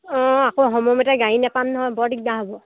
অঁ আকৌ সময়মতে গাড়ী নেপাম নহয় বৰ দিগদাৰ হ'ব